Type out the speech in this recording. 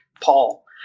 Paul